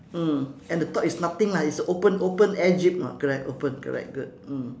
mm and the top is nothing lah is a open open air jeep lah correct open correct good mm